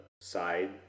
side